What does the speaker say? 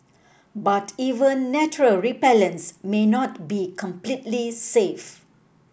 but even natural repellents may not be completely safe